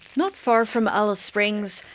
not far from alice springs,